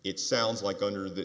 it sounds like under th